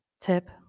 tip